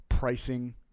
Pricing